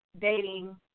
dating